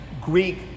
Greek